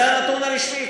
זה הנתון הרשמי.